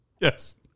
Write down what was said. Yes